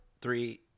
three